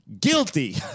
Guilty